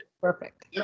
Perfect